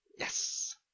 Yes